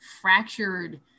fractured